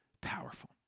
powerful